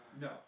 No